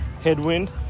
headwind